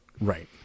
Right